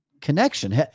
connection